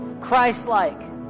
Christ-like